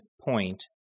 point